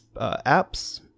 apps